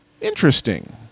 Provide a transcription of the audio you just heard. Interesting